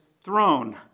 throne